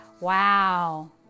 wow